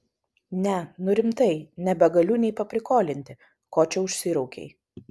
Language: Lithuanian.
ne nu rimtai nebegaliu nei paprikolinti ko čia užsiraukei